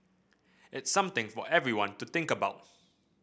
it's something for everyone to think about